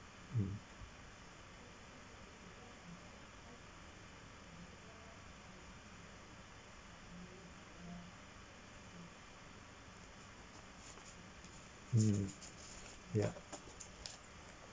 mm hmm ya